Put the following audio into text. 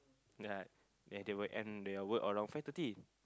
ya then they will end their work around five thirty